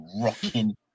rocking